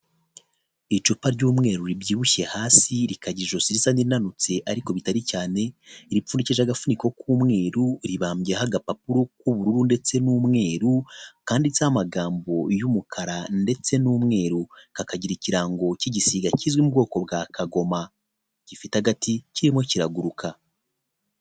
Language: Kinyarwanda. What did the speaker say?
Icupa ry'umweru ribyibushye hasi rikagira ijosi risa nk'iri nanutse ariko bitari cyane, ripfundikije agafuniko k'umweru ribambyeho agapapuro k'ubururu ndetse n'umweru kanditseho amagambo y'umukara ndetse n'umweru, kakagira ikirango cy'igisiga kizwi mu bwoko bwa kagoma gifite agati, kirimo kiraguruka.